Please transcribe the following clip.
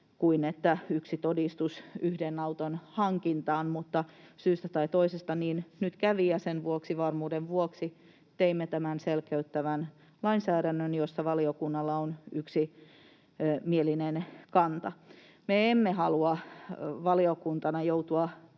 sen, että yksi todistus yhden auton hankintaan. Mutta syystä tai toisesta toisin nyt kävi, ja sen vuoksi varmuuden vuoksi teimme tämän selkeyttävän lainsäädännön, josta valiokunnalla on yksimielinen kanta. Me emme halua valiokuntana joutua